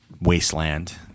wasteland